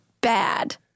bad